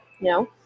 No